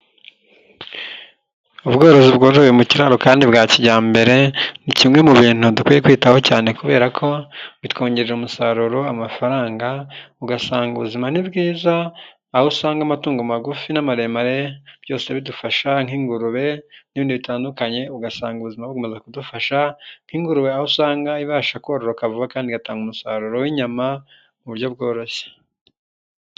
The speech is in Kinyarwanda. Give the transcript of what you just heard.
Ubworozi bwororowe mu kiraro kandi bwa kijyambere ni kimwe mu bintu dukwiye kwitaho cyane kubera ko bitwongerera umusaruro amafaranga, ugasanga ubuzima ni bwiza aho usanga amatungo magufi n'amaremare byose bidufasha nk'ingurube n'ibindi bitandukanye, ugasanga ubuzima bumaze kudufasha nk'ingurube aho usanga ibasha koroka vuba kandi igatanga umusaruro w'inyama mu buryo bworoshye.